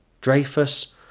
dreyfus